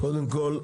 קודם כל,